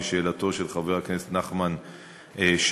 משאלתו של חבר הכנסת נחמן שי,